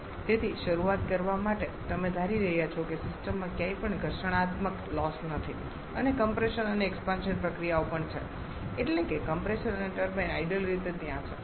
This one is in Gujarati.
તેથી શરૂઆત કરવા માટે તમે ધારી રહ્યા છો કે સિસ્ટમમાં ક્યાંય પણ ઘર્ષણાત્મક લોસ નથી અને કમ્પ્રેશન અને એક્સપાન્શન પ્રક્રિયાઓ પણ છે એટલે કે કમ્પ્રેસર અને ટર્બાઇન આઇડલ રીતે ત્યાં છે